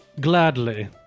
Gladly